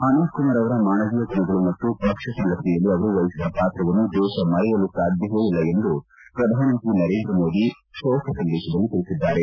ಅನಂತ್ಕುಮಾರ್ ಅವರ ಮಾನವೀಯ ಗುಣಗಳು ಮತ್ತು ಪಕ್ಷ ಸಂಘಟನೆಯಲ್ಲಿ ಅವರು ವಹಿಸಿದ ಪಾತ್ರವನ್ನು ದೇಶ ಮರೆಯಲು ಸಾಧ್ಯವೇ ಇಲ್ಲ ಎಂದು ಪ್ರಧಾನಮಂತ್ರಿ ನರೇಂದ್ರಮೋದಿ ಶೋಕ ಸಂದೇಶದಲ್ಲಿ ತಿಳಿಸಿದ್ದಾರೆ